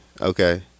Okay